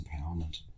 empowerment